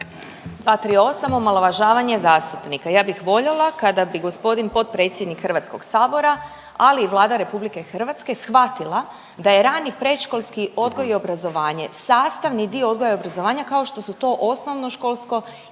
238., omalovažavanje zastupnika, ja bih voljela kada bi g. potpredsjednik HS, ali i Vlada RH shvatila da je rani i predškolski odgoj i obrazovanje sastavni dio odgoja i obrazovanja kao što su to osnovnoškolsko